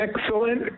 excellent